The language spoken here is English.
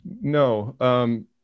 No